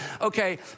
Okay